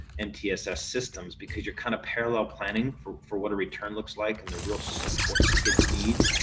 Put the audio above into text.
mtss systems. because you're kind of parallel planning for for what a return. looks like in the real supports kids need.